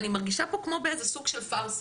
אני מרגישה פה כמו בסוג של פארסה.